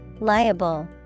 Liable